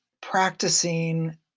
practicing